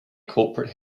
corporate